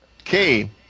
Okay